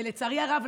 ולצערי הרב,